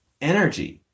energy